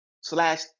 slash